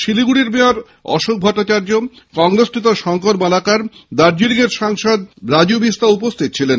শিলিগুড়ির মেয়র অশোক ভট্টাচার্য কংগ্রেস নেতা শঙ্কর মালাকার দার্জিলিং এর সাংসদ রাজু বিস্তা উপস্থিত ছিলেন